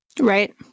Right